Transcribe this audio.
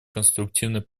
конструктивный